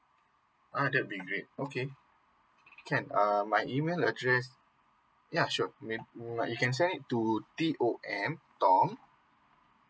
uh that will be great okay can um my email address ya sure may mm might you can send it to T O M tom